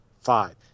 five